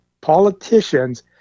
politicians